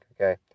okay